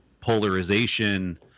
polarization